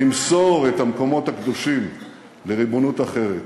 נמסור את המקומות הקדושים לריבונות אחרת.